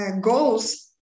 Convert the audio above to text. goals